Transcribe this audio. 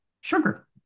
sugar